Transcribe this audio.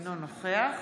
אינו נוכח